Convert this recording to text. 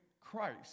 Christ